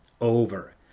over